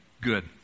good